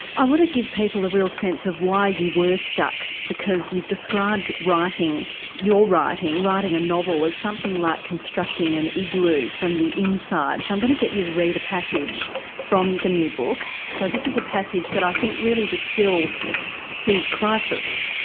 i want to give people a real sense of why you were stuck, because you've described writing your writing, writing a novel as something like constructing an igloo from the inside. so i'm going to get you to read a passage from the new book so this is a passage that i think really distils sue's crisis.